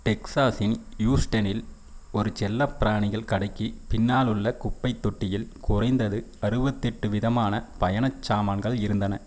டெக்சாஸின் யூஸ்டேனில் ஒரு செல்லப்பிராணிகள் கடைக்குப் பின்னால் உள்ள குப்பைத்தொட்டியில் குறைந்தது அறுபத்தெட்டு விதமான பயணச்சாமான்கள் இருந்தன